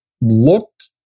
looked